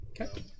Okay